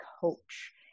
coach